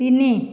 ତିନି